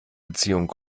beziehung